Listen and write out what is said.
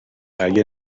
اگه